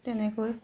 তেনেকৈ